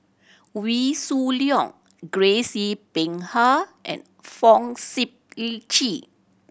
Wee Shoo Leong Grace Yin Peck Ha and Fong Sip Chee